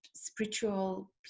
spiritual